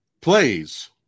plays